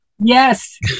Yes